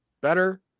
better